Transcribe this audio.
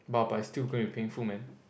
!wah! but it's still gonna be painful [man]